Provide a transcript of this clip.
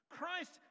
Christ